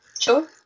Sure